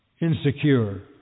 insecure